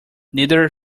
neither